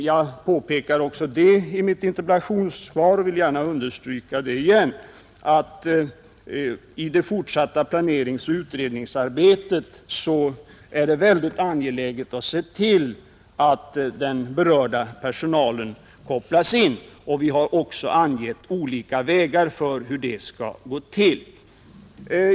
Jag påpekade i mitt interpellationssvar och vill gärna understryka det igen, att det i det fortsatta planeringsoch utredningsarbetet är angeläget att se till att den berörda personalen kopplas in, Vi har också angivit olika vägar för hur det skall gå till.